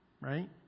Right